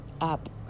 up